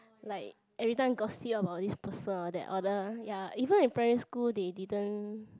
like every time gossip about this person all that or that other ya even in primary school they didn't